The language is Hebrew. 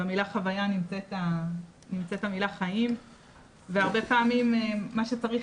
במילה חוויה נמצאת המילה חיים והרבה פעמים מה שצריך